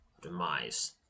Demise